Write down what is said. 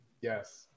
Yes